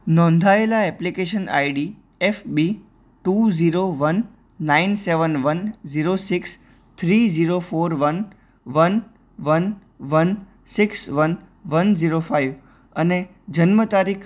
નોંધાયેલા application ID F B two zero one nine seven one zero six three zero four one one one one six one one zero five અને જન્મ તારીખ